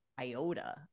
iota